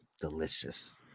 delicious